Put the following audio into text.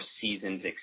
seasoned